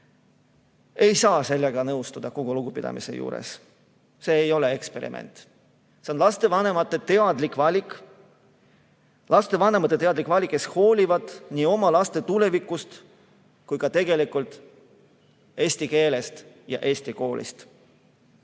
Ei saa sellega nõustuda: kogu lugupidamise juures, see ei ole eksperiment. See on lastevanemate teadlik valik. Nende lastevanemate teadlik valik, kes hoolivad nii oma laste tulevikust kui ka tegelikult eesti keelest ja eesti koolist.